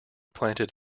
planted